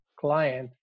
client